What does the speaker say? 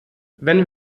wenn